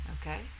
Okay